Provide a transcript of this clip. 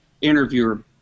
interviewer